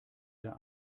der